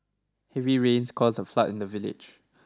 heavy rains caused a flood in the village